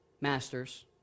Masters